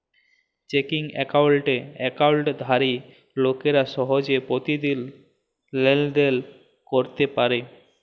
checking একাউল্টে একাউল্টধারি লোকেরা সহজে পতিদিল লেলদেল ক্যইরতে পারে